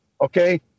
Okay